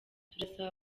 turasaba